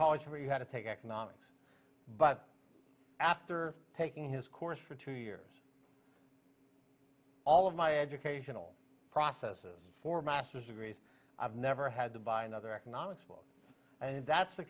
college where you had to take economics but after taking his course for two years all of my educational processes for master's degrees i've never had to buy another economics book and that's the